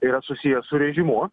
yra susijęs su režimu